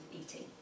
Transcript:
eating